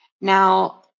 Now